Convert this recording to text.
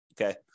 Okay